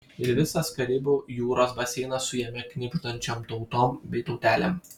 ir visas karibų jūros baseinas su jame knibždančiom tautom bei tautelėm